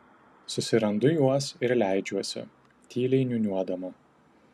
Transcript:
susirandu juos ir leidžiuosi tyliai niūniuodama